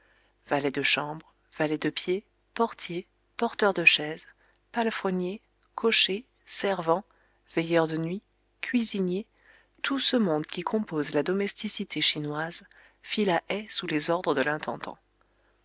valets de chambre valets de pied portiers porteurs de chaises palefreniers cochers servants veilleurs de nuit cuisiniers tout ce monde qui compose la domesticité chinoise fit la haie sous les ordres de